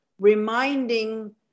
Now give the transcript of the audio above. reminding